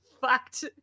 fucked